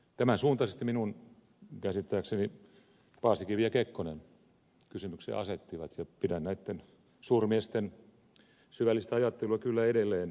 tämän suuntaisesti minun käsittääkseni paasikivi ja kekkonen kysymyksen asettivat ja pidän näitten suurmiesten syvällistä ajattelua kyllä edelleen suuressa arvossa